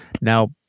Now